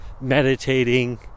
meditating